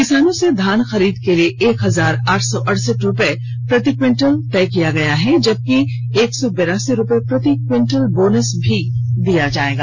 किसानों से धान खरीद के लिए एक हजार आठ सौ अडसठ रूपये प्रति क्विंटल तय किया गया है जबकि एक सौ बिरासी रूपये प्रति क्विंटल बोनस भी दिया जायेगा